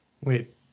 wait